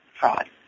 fraud